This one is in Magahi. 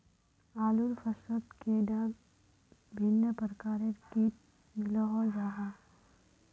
आलूर फसलोत कैडा भिन्न प्रकारेर किट मिलोहो जाहा?